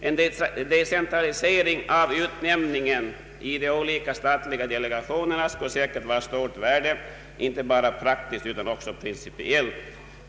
En decentralisering av utnämningen i de olika statliga delegationerna skulle säkert vara av stort värde, inte bara praktiskt utan också principiellt.